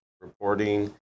reporting